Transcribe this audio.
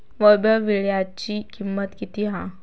वैभव वीळ्याची किंमत किती हा?